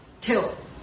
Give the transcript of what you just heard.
killed